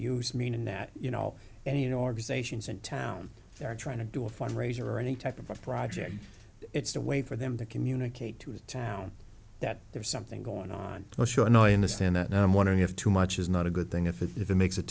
use meaning that you know and you know organizations in town are trying to do a fundraiser or any type of a project it's a way for them to communicate to the town that there's something going on oh sure no i understand that now i'm wondering if too much is not a good thing if it even makes it